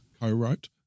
co-wrote